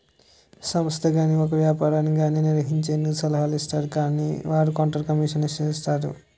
సంస్థను గాని ఒక వ్యాపారాన్ని గాని నిర్వహించేందుకు సలహాలు ఇస్తారు వారు కొంత కమిషన్ ఆశిస్తారు